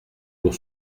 pour